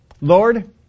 Lord